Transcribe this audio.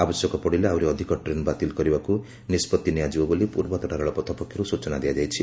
ଆବଶ୍ୟକ ପଡ଼ିଲେ ଆହୁରି ଅଧିକ ଟ୍ରେନ୍ ବାତିଲ କରିବାକୁ ନିଷ୍ବଉି ନିଆଯିବ ବୋଲି ପୂର୍ବତଟ ରେଳପଥ ପକ୍ଷରୁ ସ୍ଟଚନା ଦିଆଯାଇଛି